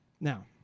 Now